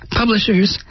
publishers